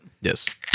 Yes